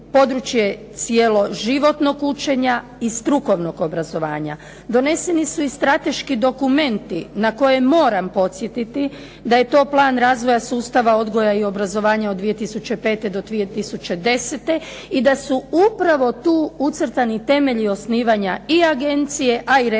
područje cjeloživotnog učenja i strukovnog obrazovanja. Doneseni su i strateški dokumenti na koje moram podsjetiti da je to plan razvoja sustava odgoja i obrazovanja od 2005. do 2010. i da su upravo tu ucrtani temelji osnivanja i agencije a i reforme